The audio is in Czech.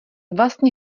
vlastně